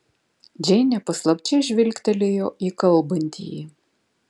džeinė paslapčia žvilgtelėjo į kalbantįjį